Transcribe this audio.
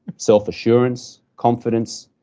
selfassurance, confidence,